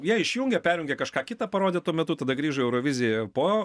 jei išjungė perjungė kažką kitą parodė tuo metu tada grįžo į euroviziją po